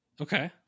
Okay